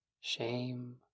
shame